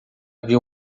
viu